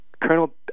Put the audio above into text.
Colonel